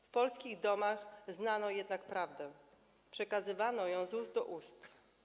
W polskich domach znano jednak prawdę, przekazywano ją z ust do ust.